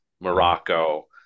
Morocco